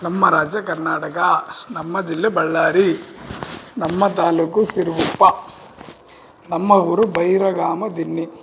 ನಮ್ಮ ರಾಜ್ಯ ಕರ್ನಾಟಕ ನಮ್ಮ ಜಿಲ್ಲೆ ಬಳ್ಳಾರಿ ನಮ್ಮ ತಾಲೂಕು ಸಿರಗುಪ್ಪ ನಮ್ಮ ಊರು ಬೈರಗ್ರಾಮ ದಿನ್ನಿ